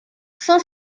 cent